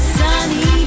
sunny